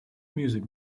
music